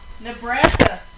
Nebraska